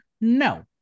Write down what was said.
no